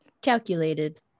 Calculated